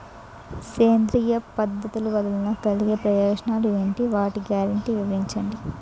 సేంద్రీయ పద్ధతుల వలన కలిగే ప్రయోజనాలు ఎంటి? వాటి గ్యారంటీ వివరించండి?